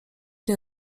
nie